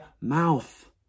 mouth